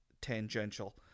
tangential